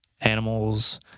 animals